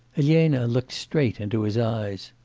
elena looked straight into his eyes.